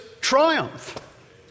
triumph